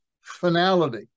finality